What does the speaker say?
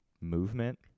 movement